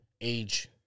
age